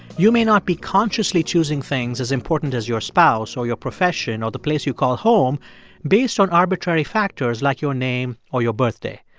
you may not be consciously choosing things as important as your spouse or your profession or the place you call home based on arbitrary factors like your name or your birthday.